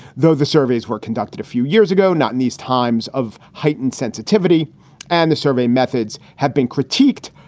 though the surveys were conducted a few years ago, not in these times of heightened sensitivity and the survey methods have been critiqued.